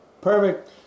Perfect